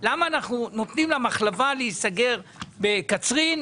למה אנחנו נותנים למחלבה בקצרין להיסגר?